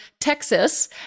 Texas